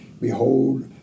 Behold